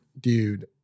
dude